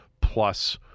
plus